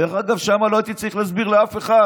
דרך אגב, שם לא הייתי צריך להסביר לאף אחד